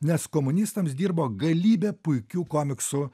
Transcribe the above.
nes komunistams dirbo galybė puikių komiksų